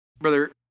brother